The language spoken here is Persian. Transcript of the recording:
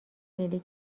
ملی